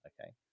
Okay